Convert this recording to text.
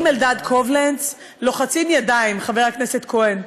עם אלדד קובלנץ, לוחצים ידיים, חבר הכנסת כהן,